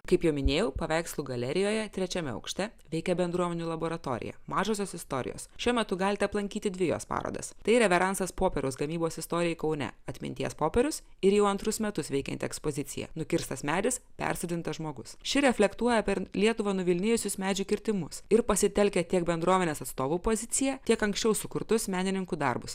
kaip jau minėjau paveikslų galerijoje trečiame aukšte veikia bendruomenių laboratorija mažosios istorijos šiuo metu galite aplankyti dvi jos parodas tai reveransas popieriaus gamybos istorijai kaune atminties popierius ir jau antrus metus veikianti ekspozicija nukirstas medis persodintas žmogus ši reflektuoja per lietuvą nuvilnijusius medžių kirtimus ir pasitelkia tiek bendruomenės atstovų poziciją tiek anksčiau sukurtus menininkų darbus